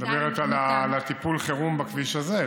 את מדברת על טיפול החירום בכביש הזה,